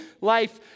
life